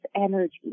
energy